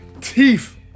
teeth